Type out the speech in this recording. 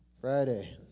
Friday